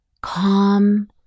calm